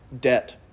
debt